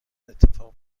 اتفاق